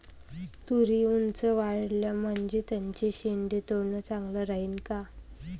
तुरी ऊंच वाढल्या म्हनजे त्याचे शेंडे तोडनं चांगलं राहीन का?